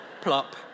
plop